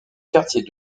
quartier